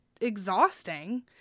exhausting